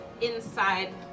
inside